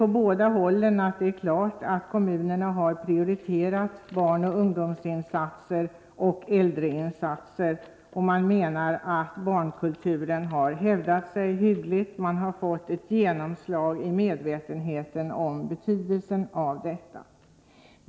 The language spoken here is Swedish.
På båda hållen säger man att det är klart att kommunerna har prioriterat barnoch ungdomsinsatser samt äldreinsatser, och man menar att barnkulturen har hävdat sig hyggligt. Man har fått ett genomslag i medvetenheten om betydelsen av detta.